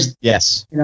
Yes